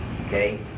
okay